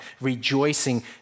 rejoicing